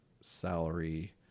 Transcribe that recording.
salary